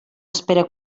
espere